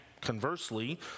conversely